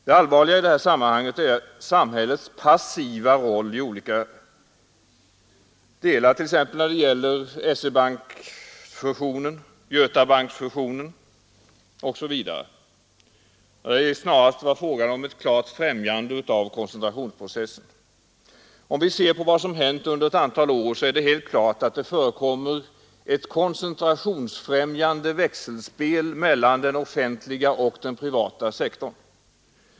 Det allvarliga i sammanhanget är samhällets passiva roll i olika avseenden, t.ex. när det gäller SE-bankfusionen, Götabankfusionen osv. Ja, det har snarast varit fråga om ett klart främjande av koncentrationsprocessen. Om vi ser på vad som har hänt under ett antal år står det alldeles klart att det förekommer ett koncentrationsfrämjande ”växelspel” mellan den offentliga och den privata sektorn.